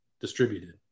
Distributed